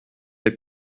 les